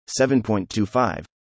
7.25